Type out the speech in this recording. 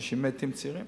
אנשים מתים צעירים.